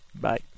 Bye